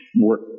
work